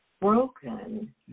broken